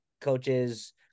coaches